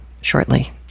shortly